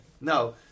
no